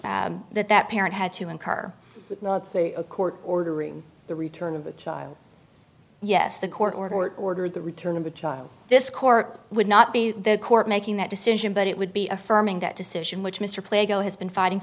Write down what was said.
expenses that that parent had to incur a court ordering the return of the child yes the court order order the return of the child this court would not be the court making that decision but it would be affirming that decision which mr play go has been fighting